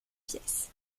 pièces